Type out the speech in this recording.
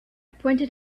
pointed